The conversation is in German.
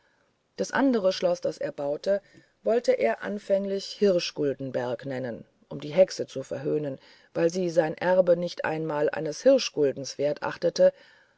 das andere schloß das er baute wollte er anfänglich hirschguldenberg nennen um die hexe zu verhöhnen weil sie sein erbe nicht einmal eines hirschguldens wert achtete